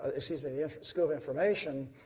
excuse me, the school of information.